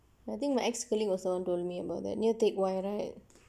I think my ex colleague also told me about that new teck whye right